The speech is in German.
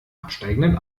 absteigenden